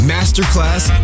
Masterclass